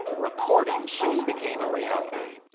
recording soon became a reality.